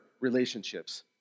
relationships